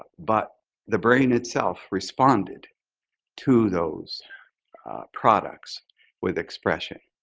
but the brain itself responded to those products with expression.